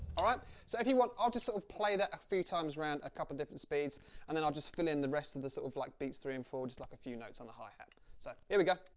alright, so if you want, i'll just sort of play that a few times round at a couple of different speeds and then i'll just fill in the rest of the sort of like beats three and four just like a few notes on the hi-hat. so here we go.